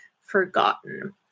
forgotten